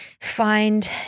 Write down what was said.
find